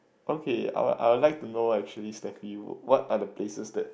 okay I would I would like to know actually Steffi what are the places that